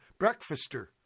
Breakfaster